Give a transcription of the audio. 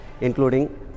including